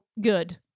good